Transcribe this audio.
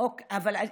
אורנה,